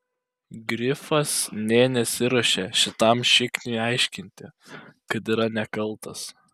grifas nė nesiruošė šitam šikniui aiškinti kad yra nekaltas